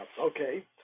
okay